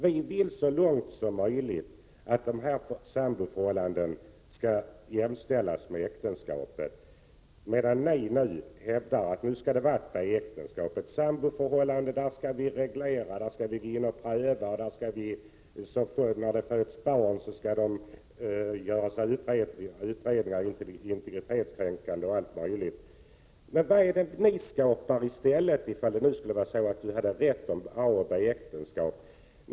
Vi vill så långt som möjligt att samboförhållanden skall jämställas med äktenskap, medan ni hävdar att samboförhållande skall vara något slags B-äktenskap. I samboförhållande skall man reglera, göra prövningar, och barnen i förhållandet skall utsättas för integritetskränkande undersökningar, m.m. Om Ewa Hedkvist Petersen nu har rätt i fråga om A och B-äktenskap, vad är det då som ni skapar?